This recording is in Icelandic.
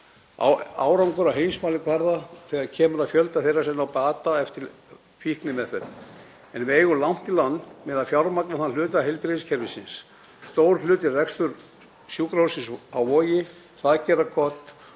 árangur á heimsmælikvarða þegar kemur að fjölda þeirra sem ná bata eftir fíknimeðferð, en við eigum langt í land með að fjármagna þann hluta heilbrigðiskerfisins. Stór hluti reksturs sjúkrahússins á Vogi, Hlaðgerðarkots